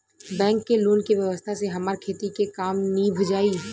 bank के loan के व्यवस्था से हमार खेती के काम नीभ जाई